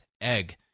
egg